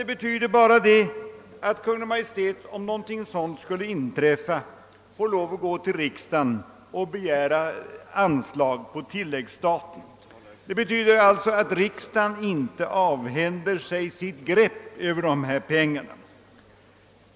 Det innebär bara att Kungl. Maj:t, om någonting sådant skulle hända, får lov att gå till riksdagen och begära anslag på tilläggsstat. Detta betydGer i sin tur att riksdagen inte avhänder sig sitt grepp över dessa pengar.